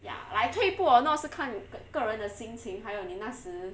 ya like 退步 or not 是看各各人的心情还有你那时 can't you 个人的心情还有你那时